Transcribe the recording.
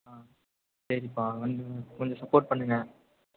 ஆ சரிப்பா வந்து கொஞ்சம் சப்போர்ட் பண்ணுங்க